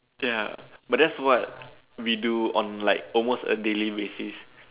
ya but that's what we do on like a daily basis